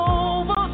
over